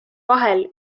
vahel